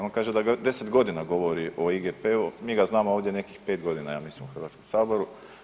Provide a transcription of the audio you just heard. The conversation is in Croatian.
On kaže da 10 godina govori o IGP-u mi ga znamo ovdje nekih 5 godina ja mislim u Hrvatskom saboru.